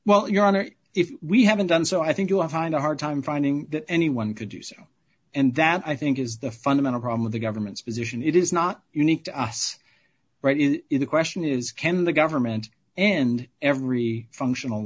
well your honor if we haven't done so i think you'll find a hard time finding that anyone could do so and that i think is the fundamental problem of the government's position it is not unique to us right is it a question is can the government and every functional